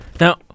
Now